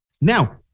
now